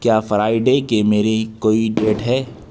کیا فرائیڈے کی میری کوئی ڈیٹ ہے